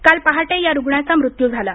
काल पहाटे या रूग्णाचा मृत्यू झाला